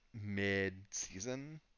mid-season